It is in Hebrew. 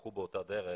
ילכו באותה דרך.